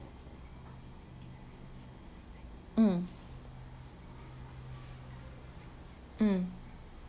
um um